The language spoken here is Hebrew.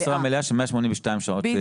משרה מלאה של 182 שעות חודשיות.